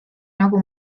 nagu